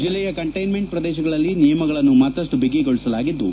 ಜಿಲ್ಲೆಯ ಕಂಟೈನ್ಲೆಂಟ್ ಪ್ರದೇಶಗಳಲ್ಲಿ ನಿಯಮಗಳನ್ನು ಮತ್ತಷ್ಟು ಬಿಗಿಗೊಳಿಸಲಾಗಿದ್ದು